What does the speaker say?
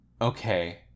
Okay